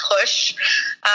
push